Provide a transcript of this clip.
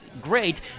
great